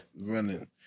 running